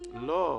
--- לא.